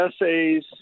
essays